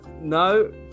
no